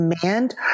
demand